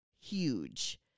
huge